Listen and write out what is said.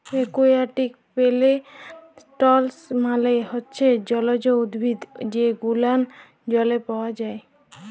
aquatic plants মালে হচ্যে জলজ উদ্ভিদ যে গুলান জলে পাওয়া যায়